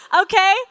Okay